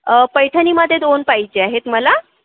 पैठणीमध्ये दोन पाहिजे आहेत मला